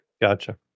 Gotcha